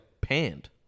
panned